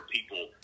People